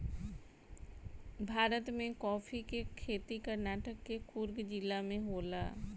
भारत में काफी के खेती कर्नाटक के कुर्ग जिला में होला